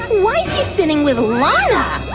why's he sitting with lana!